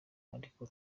ariko